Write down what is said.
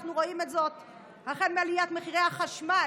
אנחנו רואים את זאת בעליית מחירי החשמל,